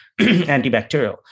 antibacterial